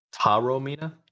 Taromina